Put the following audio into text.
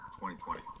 2020